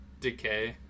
Decay